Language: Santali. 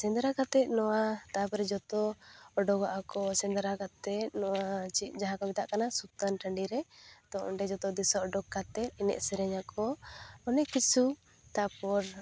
ᱥᱮᱸᱫᱽᱨᱟ ᱠᱟᱛᱮ ᱱᱚᱣᱟ ᱛᱟᱯᱚᱨᱮ ᱡᱚᱛᱚ ᱚᱰᱚᱠᱚᱜ ᱟᱠᱚ ᱥᱮᱸᱫᱽᱨᱟ ᱠᱟᱛᱮ ᱱᱚᱣᱟ ᱪᱮᱫ ᱡᱟᱦᱟᱸ ᱠᱚ ᱢᱮᱛᱟᱜ ᱠᱟᱱᱟ ᱥᱩᱛᱟᱹᱱ ᱴᱟᱺᱰᱤ ᱨᱮ ᱛᱚ ᱚᱸᱰᱮ ᱡᱚᱛᱚ ᱫᱤᱥᱩᱣᱟᱹ ᱚᱰᱚᱠ ᱠᱟᱛᱮ ᱮᱱᱮᱡ ᱥᱮᱨᱮᱧᱟᱠᱚ ᱚᱱᱮ ᱠᱤᱪᱷᱩ ᱛᱟᱯᱚᱨ